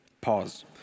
Pause